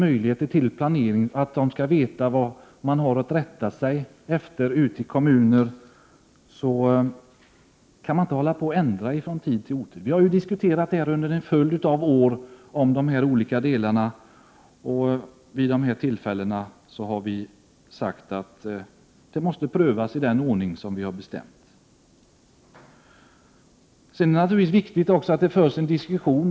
Man måste ute i kommunerna veta vad man har att rätta sig efter. Vi har ju diskuterat dessa olika delar av problemet under en följd av år och kommit fram till att sådana här ärenden måste prövas i den ordning som vi har bestämt. Sedan är det naturligtvis också viktigt att det förs en diskussion.